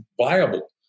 viable